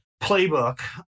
playbook